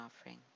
offering